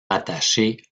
rattaché